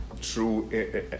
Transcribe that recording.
true